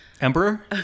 Emperor